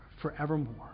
forevermore